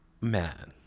man